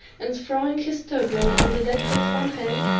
and throwing his turban on the deck with one hand,